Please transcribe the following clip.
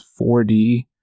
4D